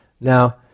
Now